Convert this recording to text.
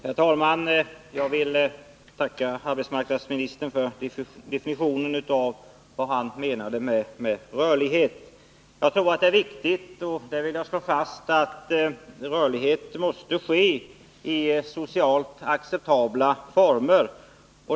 Herr talman! Jag tackar arbetsmarknadsministern för hans definition av rörlighet. Jag tror det är riktigt att rörlighet måste ske i socialt acceptabla former.